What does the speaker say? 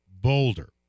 Boulder